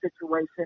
situation